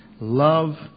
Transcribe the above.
Love